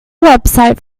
website